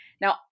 Now